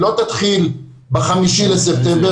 לא תתחיל ב-5 לספטמבר,